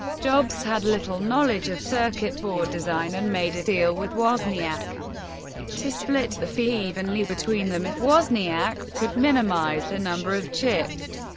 jobs had little knowledge of circuit board design and made a deal with wozniak to split the fee evenly between them if wozniak could minimize the number of chips.